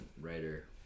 writer